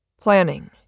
Planning